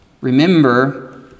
remember